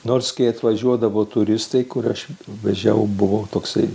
nors kai atvažiuodavo turistai kur aš vežiau buvau toksai